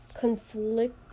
Conflict